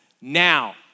now